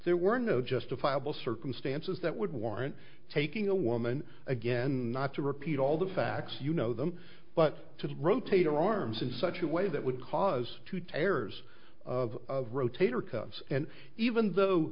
there were no justifiable circumstances that would warrant taking a woman again not to repeat all the facts you know them but to rotate our arms in such a way that would cause to tears of rotator cuffs and even though